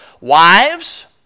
Wives